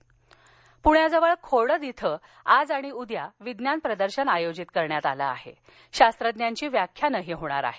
पृण्याजवळ खोडद इथं आज आणि उद्या विज्ञान प्रदर्शन आयोजित करण्यात आलं असून शास्त्रज्ञांची व्याख्यानंही होणार आहेत